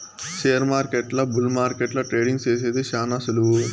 షేర్మార్కెట్ల బుల్ మార్కెట్ల ట్రేడింగ్ సేసేది శాన సులువు